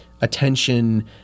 attention